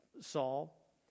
Saul